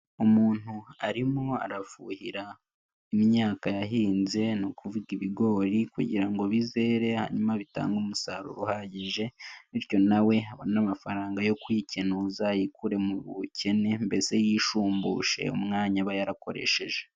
Umuntu arimo arafuhira imyaka yahinze ni ukuvuga ibigori kugira ngo bizere hanyuma bitange umusaruro uhagije bityo nawe abone amafaranga yo kwikenuza yikure mu bukene mbese yishumbushe umwanya aba yarakoresheje.